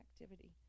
activity